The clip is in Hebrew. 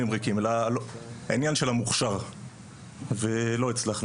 ריקים אלא העניין של המוכשר ולא הצלחנו,